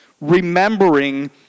remembering